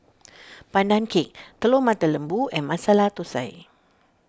Pandan Cake Telur Mata Lembu and Masala Thosai